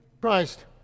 Christ